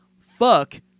Fuck